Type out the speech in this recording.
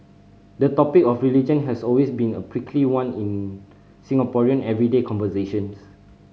the topic of religion has always been a prickly one in Singaporean everyday conversations